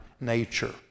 nature